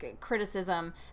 criticism